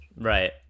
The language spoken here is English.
Right